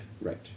Right